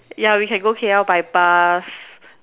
yeah we can go K_L by bus